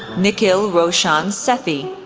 nikhil roshan sethi,